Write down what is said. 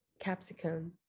capsicum